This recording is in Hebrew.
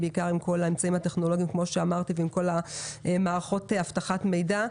בעיקר עם כל האמצעים הטכנולוגיים ועם כל מערכות אבטחת מידע.